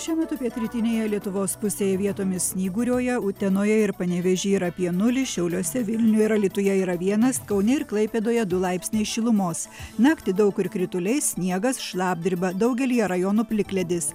šiuo metu pietrytinėje lietuvos pusėje vietomis snyguriuoja utenoje ir panevėžyje yra apie nulį šiauliuose vilniuje ir alytuje yra vienas kaune ir klaipėdoje du laipsniai šilumos naktį daug kur krituliai sniegas šlapdriba daugelyje rajonų plikledis